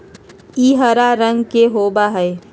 ई हरा रंग के होबा हई